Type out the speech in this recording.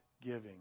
giving